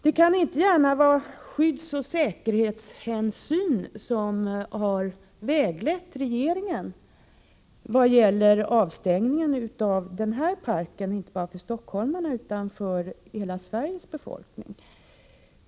Det kan inte gärna vara skyddsoch säkerhetshänsyn som har väglett regeringen vad gäller avstängningen av den här parken inte bara för stockholmarna utan för hela Sveriges befolkning.